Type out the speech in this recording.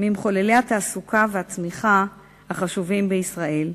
ממחוללי התעסוקה והצמיחה החשובות בישראל,